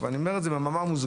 אבל אני אומר את זה במאמר מוסגר.